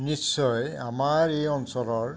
নিশ্চয় আমাৰ এই অঞ্চলৰ